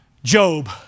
Job